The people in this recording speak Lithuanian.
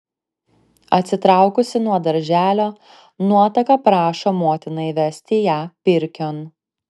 atsitraukusi nuo darželio nuotaka prašo motiną įvesti ją pirkion